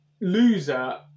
loser